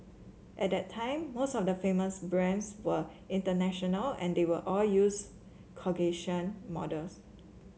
at that time most of the famous brands were international and they all use Caucasian models